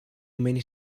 many